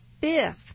fifth